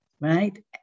right